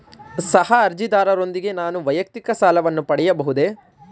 ಸಹ ಅರ್ಜಿದಾರರೊಂದಿಗೆ ನಾನು ವೈಯಕ್ತಿಕ ಸಾಲವನ್ನು ಪಡೆಯಬಹುದೇ?